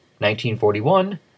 1941